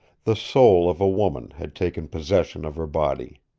the soul of a woman had taken possession of her body.